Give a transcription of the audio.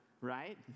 right